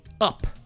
up